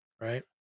Right